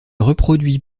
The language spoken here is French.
reproduit